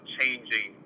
changing